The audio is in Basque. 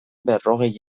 berrogei